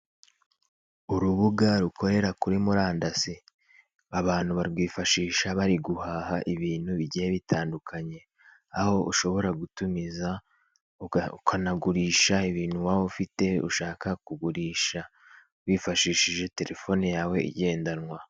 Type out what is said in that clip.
Urubuga rukorera kuri murandasi abantu barwifashisha bari guhaha ibintu bigiye bitandukanye, aho ushobora gutumiza ukanagurisha ibintu waba ufite ushaka kugurisha wifashishije telefone yawe igendanwa.